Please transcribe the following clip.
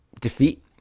defeat